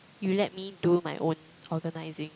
you let me do my own organizing